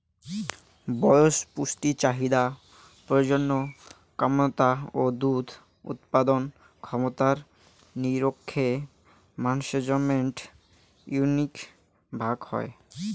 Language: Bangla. বয়স, পুষ্টি চাহিদা, প্রজনন ক্যমতা ও দুধ উৎপাদন ক্ষমতার নিরীখে ম্যানেজমেন্ট ইউনিট ভাগ হই